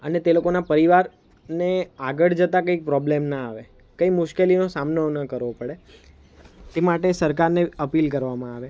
અને તે લોકોના પરિવારને આગળ જતાં કંઈક પ્રોબ્લ્મ ન આવે કંઈ મુશ્કેલીનો સામનો ન કરવો પડે તે માટે સરકારને અપીલ કરવામાં આવે